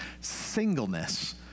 singleness